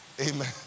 Amen